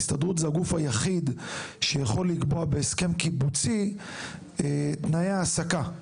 ההסתדרות הוא הגוף היחיד שיכול לקבוע בהסכם קיבוצי תנאי העסקה.